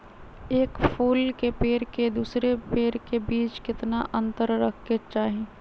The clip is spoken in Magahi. एक फुल के पेड़ के दूसरे पेड़ के बीज केतना अंतर रखके चाहि?